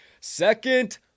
Second –